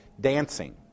dancing